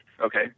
okay